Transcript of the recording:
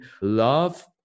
love